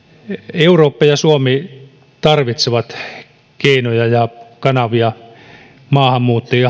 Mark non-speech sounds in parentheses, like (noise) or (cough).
eurooppa ja suomi tarvitsevat keinoja ja kanavia maahanmuuttajien (unintelligible)